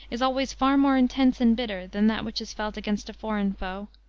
is always far more intense and bitter than that which is felt against a foreign foe.